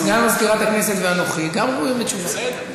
סגן מזכירת הכנסת ואנוכי גם ראויים לתשובה.